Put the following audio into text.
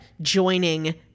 joining